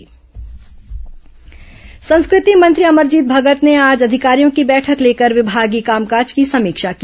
समीक्षा बैठक संस्कृति मंत्री अमरजीत भगत ने आज अधिकारियों की बैठक लेकर विमागीय कामकाज की समीक्षा की